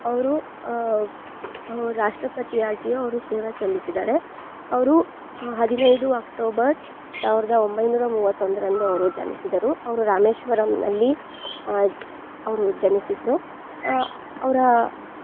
ಅವರು ಅವ್ರು ರಾಷ್ಟಪತಿ ಆಗಿ ಅವರು ಸೇವೆ ಸಲ್ಲಿಸಿದಾರೆ ಅವರು ಹದಿನೈದು ಅಕ್ಟೋಬರ್ ಸಾವಿರದ ಒಂಬೈನೂರ ಮೂವತ್ತೊಂದರಂದು ಅವರು ಜನಿಸಿದರು ಅವರು ರಾಮೇಶ್ವರಮ್ನಲ್ಲಿ ಅವರು ಜನಿಸಿದರು ಅವರ